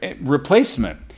replacement